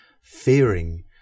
fearing